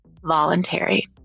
voluntary